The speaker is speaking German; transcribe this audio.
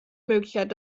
möglichkeit